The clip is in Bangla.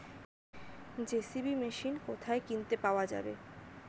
জে.সি.বি মেশিন কোথায় কিনতে পাওয়া যাবে?